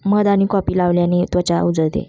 मध आणि कॉफी लावल्याने त्वचा उजळते